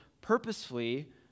purposefully